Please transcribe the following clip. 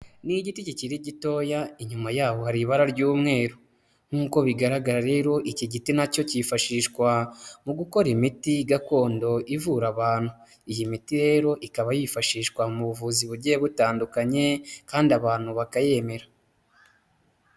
Ni igiti kikiri gitoya inyuma yaho hari ibara ry'umweru, nk'uko bigaragara rero iki giti na cyo cyifashishwa mu gukora imiti gakondo ivura abantu. Iyi miti rero ikaba yifashishwa mu buvuzi bugiye butandukanye kandi abantu bakayemera.